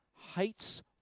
hates